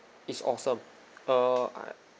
it's awesome err I